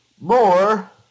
more